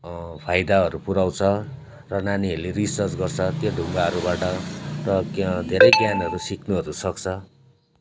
फाइदाहरू पुर्याउँछ र नानीहरूले रिसर्च गर्छ त्यो ढुङ्गाहरूबाट र ज्ञ धेरै ज्ञानहरू सिक्नुहरू सक्छ